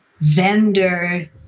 vendor